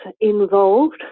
involved